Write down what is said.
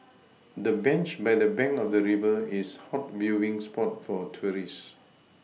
the bench by the bank of the river is hot viewing spot for tourists